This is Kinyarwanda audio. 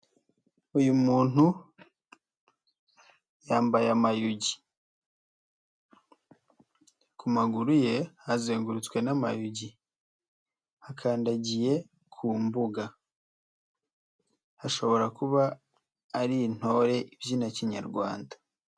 Uyu muntu yambaye amayugi. Ku maguru ye hazengurutswe n'amayugi. Akandagiye ku mbuga. Ashobora kuba ari intore ibyina kinyarwanda.